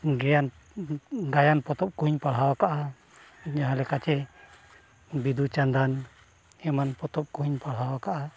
ᱜᱮᱭᱟᱱ ᱜᱟᱭᱟᱱ ᱯᱚᱛᱚᱵ ᱠᱚᱦᱚᱧ ᱯᱟᱲᱦᱟᱣ ᱠᱟᱜᱼᱟ ᱡᱟᱦᱟᱸ ᱞᱮᱠᱟᱛᱮ ᱵᱤᱸᱫᱩ ᱪᱟᱸᱫᱟᱱ ᱮᱢᱟᱱ ᱯᱚᱛᱚᱵ ᱠᱚᱦᱚᱧ ᱯᱟᱲᱦᱟᱣ ᱠᱟᱜᱼᱟ